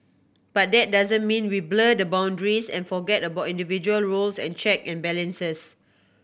but that doesn't mean we blur the boundaries and forget about individual roles and check and balances